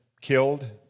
killed